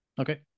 okay